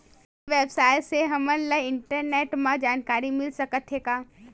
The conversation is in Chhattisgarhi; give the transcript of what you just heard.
ई व्यवसाय से हमन ला इंटरनेट मा जानकारी मिल सकथे का?